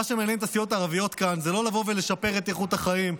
מה שמעניין את הסיעות הערביות כאן זה לא לשפר את איכות החיים,